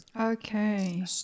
Okay